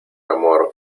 amor